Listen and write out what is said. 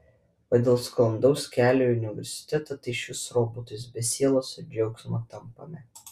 o dėl sklandaus kelio į universitetą tai išvis robotais be sielos ir džiaugsmo tampame